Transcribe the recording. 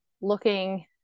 looking